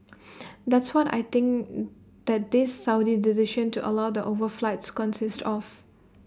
that's what I think that this Saudi decision to allow the overflights consists of